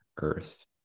earth